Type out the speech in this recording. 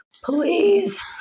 please